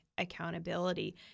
accountability